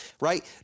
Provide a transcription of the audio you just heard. right